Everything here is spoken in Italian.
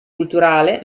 culturale